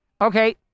Okay